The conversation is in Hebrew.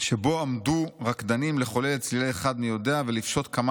שבו עמדו רקדנים לחולל לצלילי 'אחד מי יודע' ולפשוט כמה